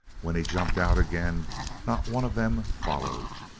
when he jumped out again not one of them followed.